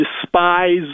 despise